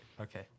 Okay